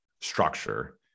structure